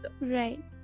Right